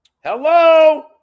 hello